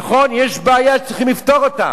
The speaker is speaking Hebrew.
נכון, יש בעיה שצריכים לפתור אותה.